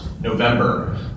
November